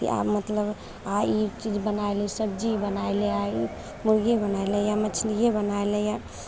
तऽ आब मतलब आइ ई चीज बनाय ले सब्जी बनाय ले इ मुर्गी बनाय ले या मछलिये बनाय ले